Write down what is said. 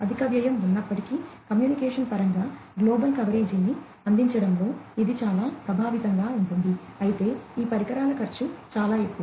అధిక వ్యయం ఉన్నప్పటికీ కమ్యూనికేషన్ పరంగా గ్లోబల్ కవరేజీని అందించడంలో ఇది చాలా ప్రభావవంతంగా ఉంటుంది అయితే ఈ పరికరాల ఖర్చు చాలా ఎక్కువ